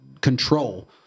control